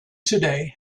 today